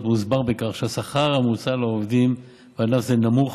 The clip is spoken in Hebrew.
מוסבר בכך שהשכר המוצע לעובדים בענף זה נמוך,